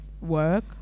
work